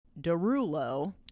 derulo